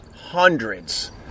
Hundreds